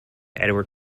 edward